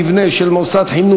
הפרטי),